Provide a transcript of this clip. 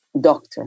doctor